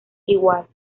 igual